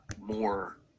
more